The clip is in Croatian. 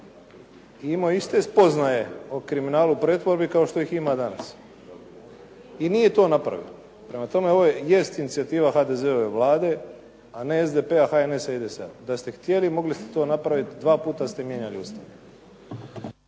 imao je iste spoznaje o kriminalu u pretvorbi kao što ih ima danas i nije to napravio. Prema tome, ovo jest inicijativa HDZ-ove Vlade a ne SDP-a, HNS-a i .../Govornik se ne razumije./... Da ste htjeli mogli ste to napraviti, dva puta ste mijenjali Ustav.